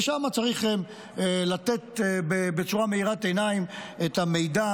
ושם צריך לתת בצורה מאירת עיניים את המידע,